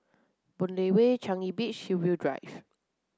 Boon Lay Way Changi Beach Hillview Drive